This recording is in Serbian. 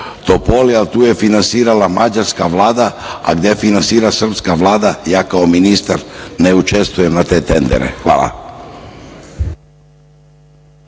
Topoli. To je finansirala mađarska Vlada, a gde finansira srpska Vlada ja kao ministar ne učestvujem na te tendere. Hvala.